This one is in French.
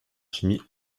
chimie